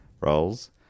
roles